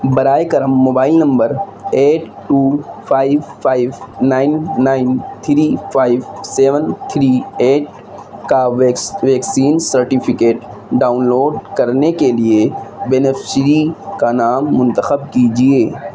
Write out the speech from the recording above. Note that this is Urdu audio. برائے کرم mobile number eight two five five nine nine three five seven three eight کا ویکسین سرٹیفکیٹ ڈاؤن لوڈ کرنے کے لیے بینیفشری کا نام منتخب کیجیے